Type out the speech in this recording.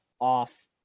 off